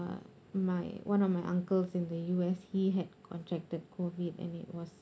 my one of my uncles in the U_S he had contracted COVID and it was